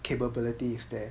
capabilities is there